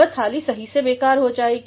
वह थालीसही में बेकार बन जाएगी